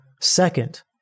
Second